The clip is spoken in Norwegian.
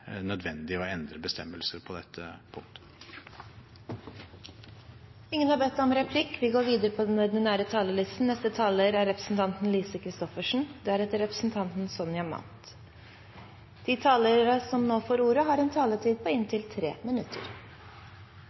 nødvendig å endre bestemmelser på dette punkt. De talere som heretter får ordet, har en taletid på inntil 3 minutter.